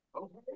Okay